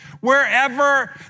Wherever